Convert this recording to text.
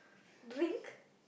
drink